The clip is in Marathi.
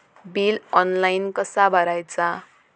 बिल ऑनलाइन कसा भरायचा?